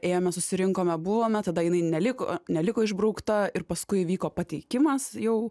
ėjome susirinkome buvome tada jinai neliko neliko išbraukta ir paskui įvyko pateikimas jau